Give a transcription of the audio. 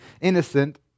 innocent